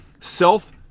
self